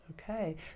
Okay